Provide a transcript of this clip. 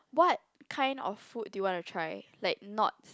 what kind of food do you want to try like not